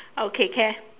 okay can